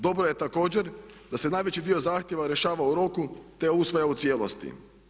Dobro je također da se najveći dio zahtjeva rješava u roku, te usvaja u cijelosti.